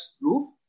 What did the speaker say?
roof